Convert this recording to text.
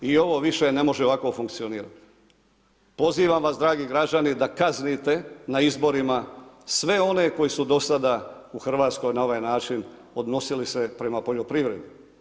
I ovo više ne može ovako funkcionirat, pozivam vas dragi građani da kaznite na izborima sve one koji su do sada u Hrvatskoj na ovaj način odnosili se prema poljoprivredi.